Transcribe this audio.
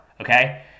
Okay